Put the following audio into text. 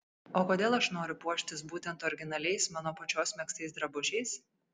o kodėl aš noriu puoštis būtent originaliais mano pačios megztais drabužiais